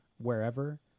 wherever